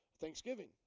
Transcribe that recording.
Thanksgiving